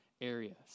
areas